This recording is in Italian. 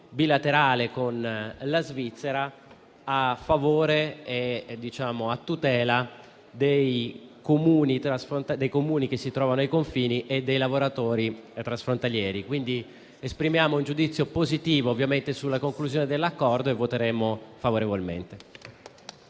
bilaterale con la Svizzera, a favore e a tutela dei Comuni che si trovano ai confini e dei lavoratori transfrontalieri. Esprimiamo, dunque, un giudizio positivo sulla conclusione dell'accordo e voteremo favorevolmente.